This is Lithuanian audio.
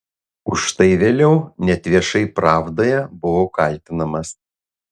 už tai vėliau net viešai pravdoje buvau kaltinamas